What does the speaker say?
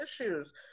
issues